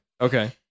Okay